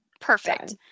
Perfect